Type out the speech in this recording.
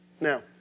Now